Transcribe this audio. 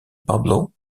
pablo